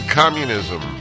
communism